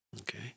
okay